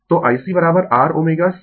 तो ICrω CV